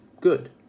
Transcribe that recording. Good